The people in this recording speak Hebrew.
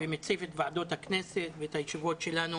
ומציף את ועדות הכנסת ואת הישיבות שלנו